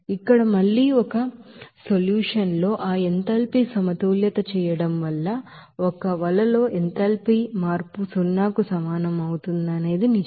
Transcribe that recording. ఇక్కడ మళ్ళీ ఒక పరిష్కారంలో ఆ ఎంథాల్పీ ಬ್ಯಾಲೆನ್ಸ್ను చేయడం వల్ల ఒక వలలో ఎంథాల్పీ మార్పు సున్నాకు సమానం అనేది నిజం